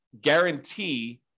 guarantee